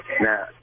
Now